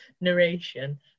narration